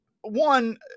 one